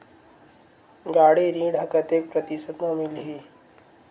गाड़ी ऋण ह कतेक प्रतिशत म मिलही?